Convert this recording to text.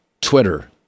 Twitter